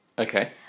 Okay